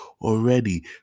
already